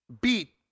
beat